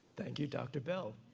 thank you, dr. bell.